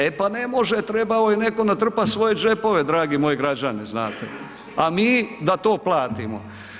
E pa ne može, trebao je netko natrpat svoje džepove, dragi moji građani, znate a mi da to platimo.